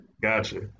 Gotcha